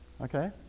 Okay